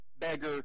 beggar